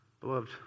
Beloved